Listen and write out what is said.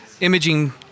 imaging